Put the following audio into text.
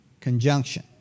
conjunction